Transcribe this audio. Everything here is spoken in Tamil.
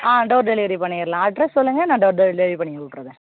ஆ டோர் டெலிவரி பண்ணிடலாம் அட்ரெஸ் சொல்லுங்க நான் டோர் டெல் டெலிவரி பண்ணி விட்ருதேன்